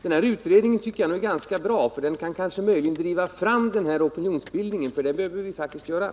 Jag tycker att den föreliggande utredningen är ganska bra, därför att den kan möjligen driva fram opinionsbildningen, något som faktiskt behövs.